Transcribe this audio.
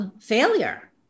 failure